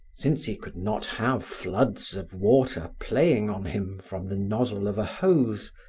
since he could not have floods of water playing on him from the nozzle of a hose,